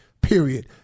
period